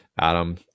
Adam